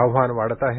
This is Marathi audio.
आव्हान वाढत आहे